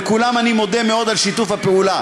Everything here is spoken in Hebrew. ולכולם אני מודה מאוד על שיתוף הפעולה.